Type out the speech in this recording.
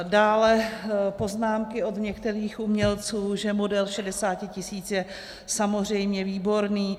Dále poznámky od některých umělců, že model šedesáti tisíc je samozřejmě výborný.